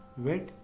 weight,